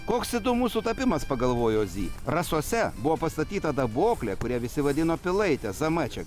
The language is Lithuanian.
koks įdomus sutapimas pagalvojo zy rasose buvo pastatyta daboklė kurią visi vadino pilaite zameček